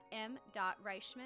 m.reichman